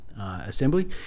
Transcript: assembly